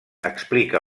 explica